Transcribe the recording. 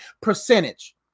percentage